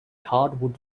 hardwood